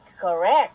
Correct